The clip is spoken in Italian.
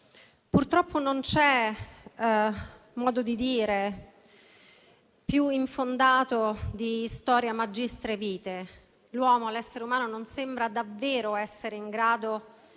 Purtroppo non c'è modo di dire più infondato di *historia magistra vitae*. L'uomo, l'essere umano, non sembra davvero essere in grado